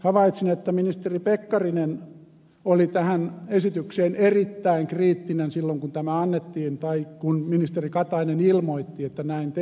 havaitsin että ministeri pekkarinen oli tähän esitykseen erittäin kriittinen silloin kun tämä annettiin tai kun ministeri katainen ilmoitti että näin tehdään